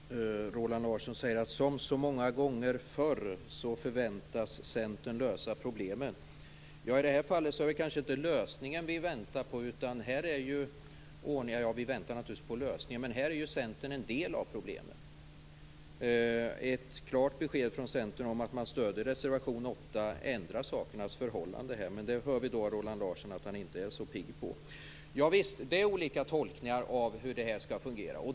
Fru talman! Roland Larsson säger att "som så många gånger förr förväntas Centern lösa problemen". I det här fallet är det kanske inte lösningen vi väntar på, utan här är Centern en del av problemen. Ett klart besked från Centern om att man stöder reservation 8 ändrar sakernas förhållande. Men vi hör att Roland Larsson inte är så pigg på det. Det är olika tolkningar av hur det här skall fungera.